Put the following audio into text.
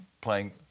playing